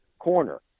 corner